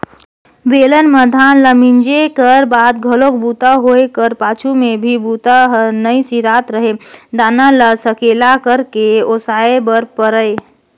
बेलन म धान ल मिंजे कर बाद घलोक बूता होए कर पाछू में भी बूता हर नइ सिरात रहें दाना ल सकेला करके ओसाय बर परय